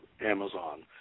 Amazon